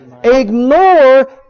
ignore